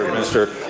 mr.